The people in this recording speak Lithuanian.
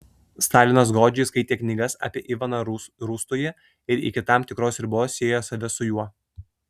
stalinas godžiai skaitė knygas apie ivaną rūstųjį ir iki tam tikros ribos siejo save su juo